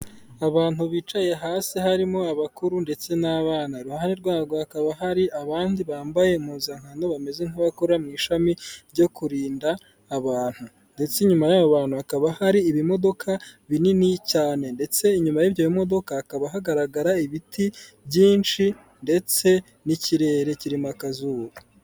Abantu bicaye hasi harimo abakuru ndetse n'abana. Iruhande rwabo hakaba hari abandi bambaye impuzankano, bameze nk'abakora mu ishami ryo kurinda abantu ndetse inyuma y'abo bantu hakaba hari ibimodoka binini cyane ndetse inyuma y'ibyo bimodoka hakaba hagaragara ibiti byinshi ndetse n'ikirere kiririmo akazuba.